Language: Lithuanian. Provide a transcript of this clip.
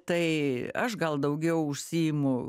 tai aš gal daugiau užsiimu